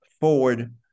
forward